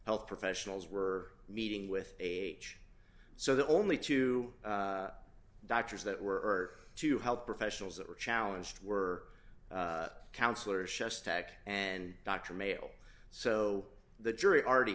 health professionals were meeting with a so the only two doctors that were to help professionals that were challenged were counselors shas tack and dr male so the jury already